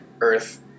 earth